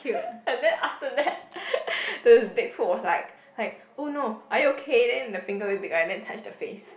uh and then after that uh the Big Foot was like like oh no are you okay then the finger very big right then touch the face